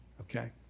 okay